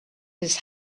his